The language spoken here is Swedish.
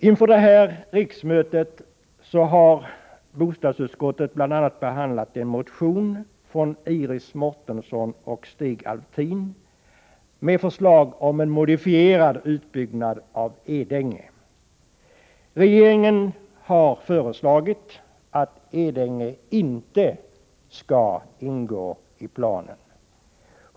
Inför detta riksmöte har bostadsutskottet bl.a. behandlat en motion från Iris Mårtensson och Stig Alftin, med förslag om en modifierad utbyggnad av Edänge. Regeringen har föreslagit att Edänge inte skall ingå i planen.